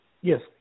Yes